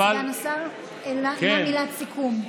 סגן השר, מילת סיכום.